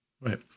right